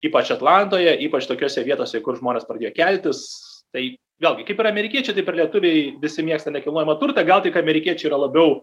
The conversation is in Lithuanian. ypač atlantoje ypač tokiose vietose į kur žmonės pradėjo keltis tai vėlgi kaip ir amerikiečiai taip ir lietuviai visi mėgsta nekilnojamą turtą gal tik amerikiečiai yra labiau